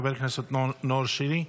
חבר הכנסת נאור שירי,